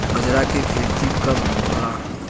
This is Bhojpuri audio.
बजरा के खेती कब होला?